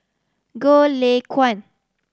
Goh Lay Kuan